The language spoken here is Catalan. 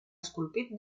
esculpit